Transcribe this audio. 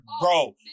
Bro